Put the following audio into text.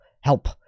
Help